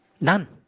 None